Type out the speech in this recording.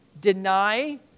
Deny